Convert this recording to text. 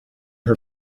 her